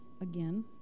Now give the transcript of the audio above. again